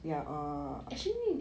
actually